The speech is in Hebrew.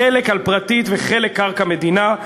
חלק על קרקע פרטית וחלק על קרקע מדינה.